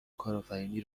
کارآفرینی